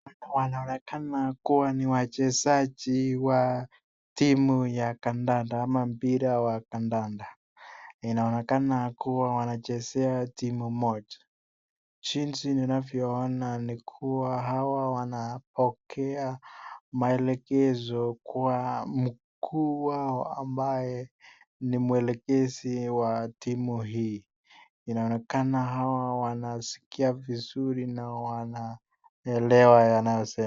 Wanaonekana kuwa ni wachezaji wa timu ya kadada ama mpira wa kadada. Inaonekana kuwa wanachezea timu moja. Jinsi ninavyoona ni kuwa hawa wanapokea maelekezo kwa mkuu wao ambaye ni mwelekezi wa timu hii. Inaonekana hawa wanasikia vizuri na wanaelewa yanayosemwa.